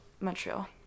Montreal